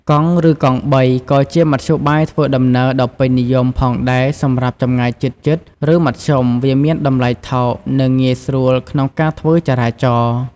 កង់ ឬកង់បី ក៏ជាមធ្យោបាយធ្វើដំណើរដ៏ពេញនិយមផងដែរសម្រាប់ចម្ងាយជិតៗ ឬមធ្យម វាមានតម្លៃថោក និងងាយស្រួលក្នុងការធ្វើចរាចរណ៍។